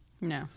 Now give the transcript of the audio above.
No